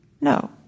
No